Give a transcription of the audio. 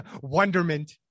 wonderment